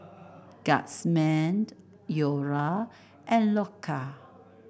Guardsman Iora and Loacker